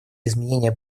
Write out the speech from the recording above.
изменения